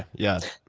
yeah.